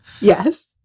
Yes